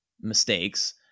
mistakes